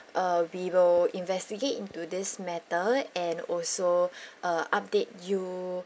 uh we will investigate into this matter and also uh update you